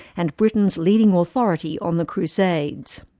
and britain's leading authority on the crusades.